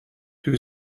two